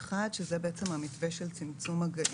8א1 שזה בעצם המתווה של צמצום מגעים.